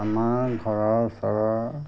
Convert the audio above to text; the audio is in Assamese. আমাৰ ঘৰৰ ওচৰৰ